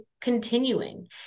continuing